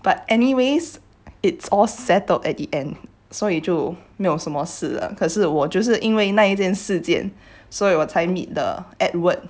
but anyways it's all settled at the end 所以就没有什么事了可是我就是因为事件所以我才 meet the edward